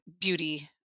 beauty